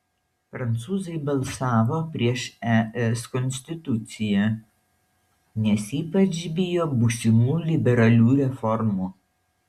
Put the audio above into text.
prancūzai balsavo prieš es konstituciją nes ypač bijo būsimų liberalių reformų